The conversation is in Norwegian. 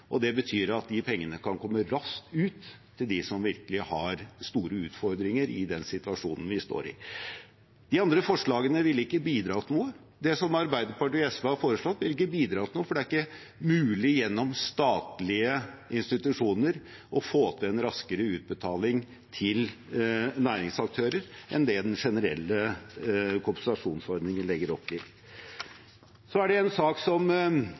og det betyr at de pengene kan komme raskt ut til dem som virkelig har store utfordringer i den situasjonen vi står i. De andre forslagene ville ikke bidratt noe. Det som Arbeiderpartiet og SV har foreslått, ville ikke bidratt noe, for det er ikke mulig gjennom statlige institusjoner å få til en raskere utbetaling til næringsaktører enn det den generelle kompensasjonsordningen legger opp til. En sak som er